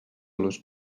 los